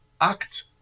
act